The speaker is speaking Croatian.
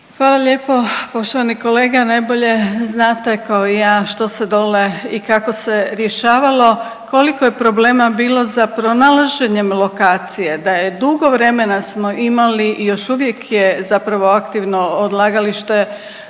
Hvala lijepo. Poštovani kolega najbolje znate kao i ja što se dole i kako se rješavalo. Koliko je problema bilo za pronalaženjem lokacije da je dugo vremena smo imali i još uvijek je zapravo aktivno odlagalište